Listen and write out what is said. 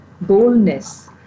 boldness